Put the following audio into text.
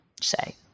say